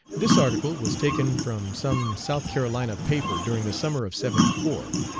this article was taken from some south carolina paper during the summer of seventy four.